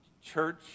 church